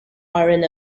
iron